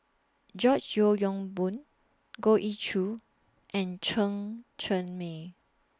George Yeo Yong Boon Goh Ee Choo and Chen Cheng Mei